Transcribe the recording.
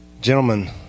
gentlemen